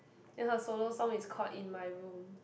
then her solo song is called In-My-Room